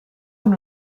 amb